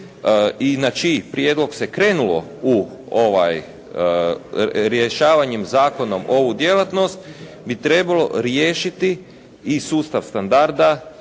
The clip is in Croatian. i na čiji prijedlog se krenulo u rješavanje zakonom ovu djelatnost bi trebalo riješiti i sustav standarda,